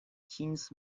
teens